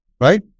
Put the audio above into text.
right